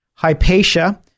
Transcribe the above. Hypatia